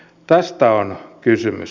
tästä on kysymys